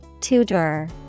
Tutor